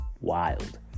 wild